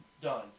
Done